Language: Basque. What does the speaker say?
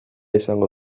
izango